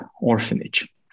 orphanage